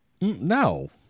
no